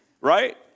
right